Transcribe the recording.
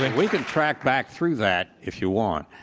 we can track back through that, if you want,